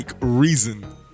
reason